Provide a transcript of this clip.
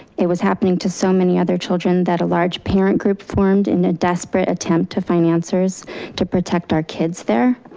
it was happening to so many other children that a large parent group formed in a desperate attempt to financiers to protect our kids there.